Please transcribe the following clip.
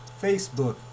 Facebook